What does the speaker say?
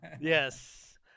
Yes